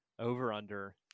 Over-Under